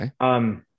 Okay